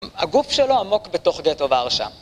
הגוף שלו עמוק בתוך גטו ורשה